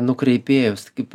nukreipėjus kaip